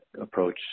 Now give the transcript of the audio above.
approach